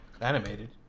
animated